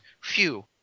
phew